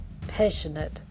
passionate